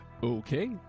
Okay